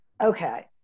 okay